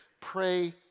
pray